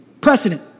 precedent